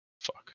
Fuck